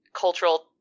cultural